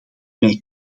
mij